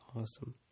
awesome